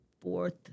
fourth